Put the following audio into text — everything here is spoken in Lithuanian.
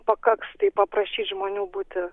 pakaks paprašyti žmonių būti